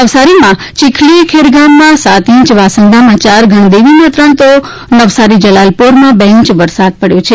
નવસારીમાં ચીખલી ખેરગામમાં સાત ઇંચ વાસંદામાં ચાર ગણદેવીમાં ત્રણ તો નવસારી જ લાલપોરમાં બે ઇંચ વરસાદ પડ્યો છે